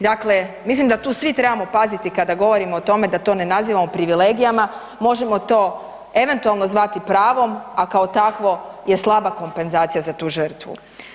Dakle, mislim da tu svi trebamo paziti kada govorimo o tome da to ne nazivamo privilegijama, možemo to eventualno zvati pravom, a kao takvo je slaba kompenzacija za tu žrtvu.